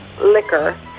liquor